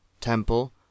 Temple